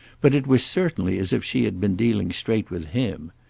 but it was certainly as if she had been dealing straight with him.